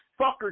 fucker